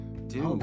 Dude